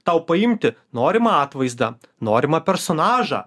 tau paimti norimą atvaizdą norimą personažą